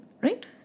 right